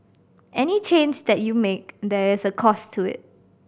any change that you make there is a cost to it